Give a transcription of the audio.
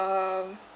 um